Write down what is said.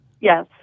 Yes